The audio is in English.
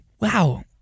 wow